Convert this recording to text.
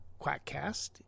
QuackCast